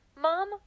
mom